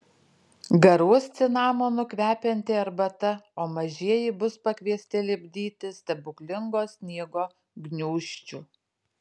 garuos cinamonu kvepianti arbata o mažieji bus pakviesti lipdyti stebuklingo sniego gniūžčių